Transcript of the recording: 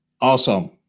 Awesome